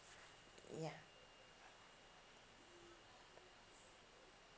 ya